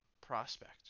prospect